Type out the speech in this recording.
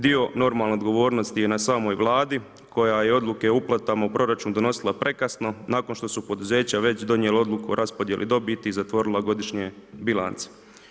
Dio normalno odgovornosti je na samoj Vladi koja je odluke o uplatama u proračun donosila prekasno, nakon što su poduzeća već donijela odluku o raspodjeli dobiti i zatvorila godišnje bilance.